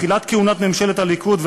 תחילת כהונת ממשלת הליכוד,